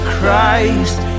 Christ